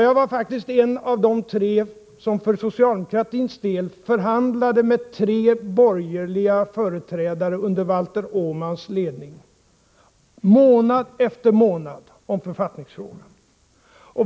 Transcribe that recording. Jag var faktiskt en av de tre som för socialdemokratins del förhandlade med tre borgerliga företrädare under Valter Åmans ledning månad efter månad om författningsfrågan.